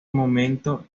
momento